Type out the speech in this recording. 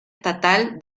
estatal